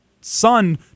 son